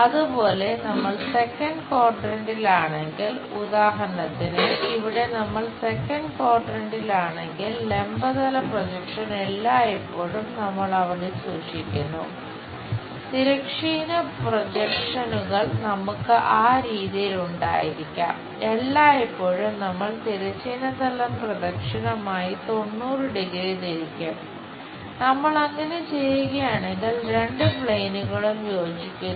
അതുപോലെ നമ്മൾ സെക്കന്റ് ക്വാഡ്രന്റിലാണെങ്കിൽ എന്നും വിളിക്കാം